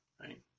Right